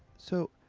so,